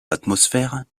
l’atmosphère